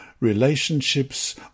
relationships